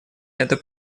это